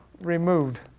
removed